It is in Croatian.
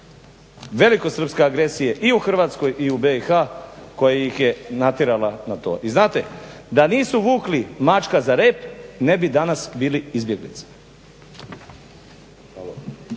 velikosrpske agresije i u Hrvatskoj i u BiH koja ih je natjerala na to. I znate da nisu vukli mačka za rep ne bi danas bili izbjeglice.